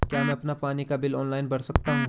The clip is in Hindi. क्या मैं अपना पानी का बिल ऑनलाइन भर सकता हूँ?